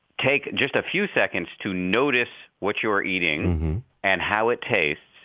take just a few seconds to notice what you're eating and how it tastes,